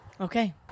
Okay